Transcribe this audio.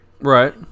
Right